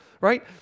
right